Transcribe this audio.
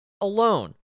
alone